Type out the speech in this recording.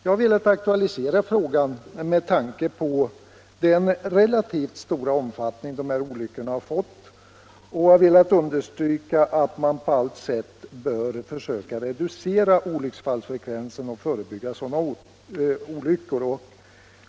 Jag har velat aktualisera frågan med tanke på den relativt stora omfattning som dessa olyckor har fått och har velat understryka att man på allt sätt bör försöka reducera olycksfallsfrekvensen och förebygga sådana olyckor.